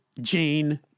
Jane